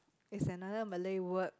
it's another Malay word